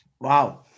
Wow